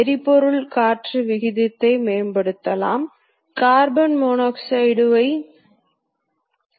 நீங்கள் இந்த வட்டத்தை வரைய விரும்பினால் கடிகார திசையில் செல்வீர்கள்